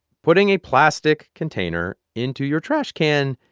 putting a plastic container into your trash can,